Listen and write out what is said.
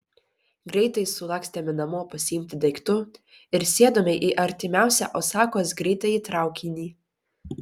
greitai sulakstėme namo pasiimti daiktų ir sėdome į artimiausią osakos greitąjį traukinį